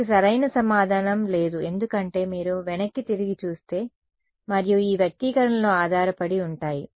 దానికి సరైన సమాధానం లేదు ఎందుకంటే మీరు వెనక్కి తిరిగి చూస్తే మరియు ఈ వ్యక్తీకరణలు ఆధారపడి ఉంటాయి